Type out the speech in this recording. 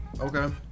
okay